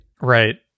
right